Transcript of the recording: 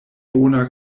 bona